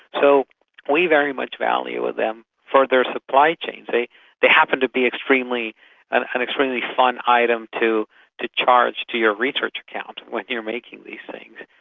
so we very much value them for their supply chains. they they happen to be and an extremely fun item to to charge to your research account when you're making these things,